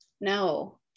No